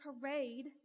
parade